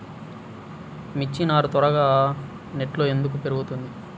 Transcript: మిర్చి నారు త్వరగా నెట్లో ఎందుకు పెరుగుతుంది?